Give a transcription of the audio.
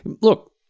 look